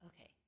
okay